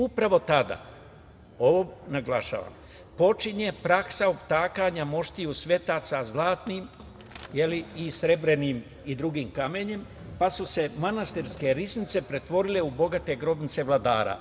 Upravo tada, ovo naglašavam, počinje praksa utakanja moštiju svetaca zlatnim i srebrnim i drugim kamenjem, pa su se manastirske riznice pretvorile u bogate grobnice vladara.